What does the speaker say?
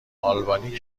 آلبانی